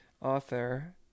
author